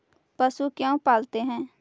पशु क्यों पालते हैं?